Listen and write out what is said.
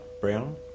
brown